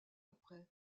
après